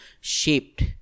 shaped